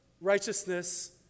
righteousness